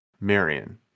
Marion